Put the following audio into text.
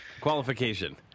Qualification